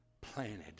Planted